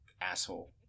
asshole